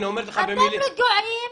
אתם רגועים.